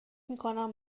میکنم